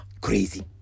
crazy